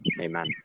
Amen